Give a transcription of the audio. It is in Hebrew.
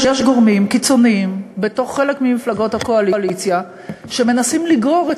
יש בתוך חלק ממפלגות הקואליציה גורמים קיצוניים שמנסים לגרור את